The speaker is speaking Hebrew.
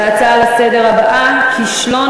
להצעה לסדר-היום מס' 112: כישלון